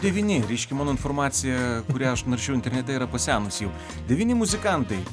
devyni reiškia mano informacija kurią aš naršiau internete yra pasenusi jau devyni muzikantai